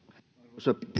arvoisa